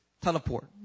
teleport